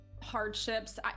hardships